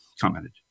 commented